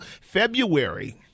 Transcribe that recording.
February